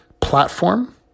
platform